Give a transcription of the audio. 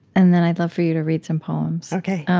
and then i'd love for you to read some poems.